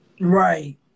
Right